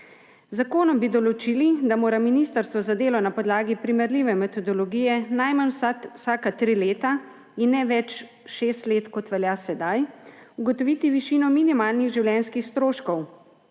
zakonom bi določili, da mora ministrstvo za delo na podlagi primerljive metodologije najmanj vsaka tri leta in ne več šest let, kot velja sedaj, ugotoviti višino minimalnih življenjskih stroškov.